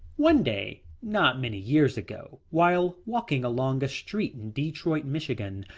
one day, not many years ago, while walking along a street in detroit, michigan,